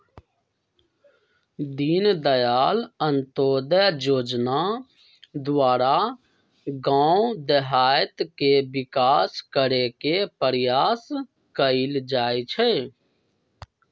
दीनदयाल अंत्योदय जोजना द्वारा गाम देहात के विकास करे के प्रयास कएल जाइ छइ